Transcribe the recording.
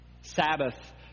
Sabbath